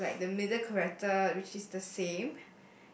with like the middle character which is the same